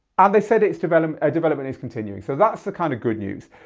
and they said it's development development is continuing. so that's the kind of good news.